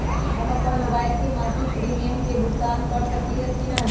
हम अपन मोबाइल से मासिक प्रीमियम के भुगतान कर सकली ह की न?